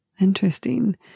Interesting